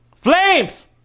Flames